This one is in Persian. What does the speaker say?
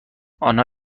آنها